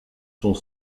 sont